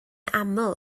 aml